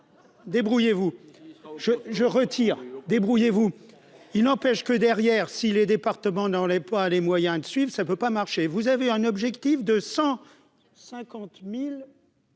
débrouillez-vous, je je retire, débrouillez-vous, il n'empêche que derrière, si les départements dans les, pas les moyens de suivre ça peut pas marcher, vous avez un objectif de 150000.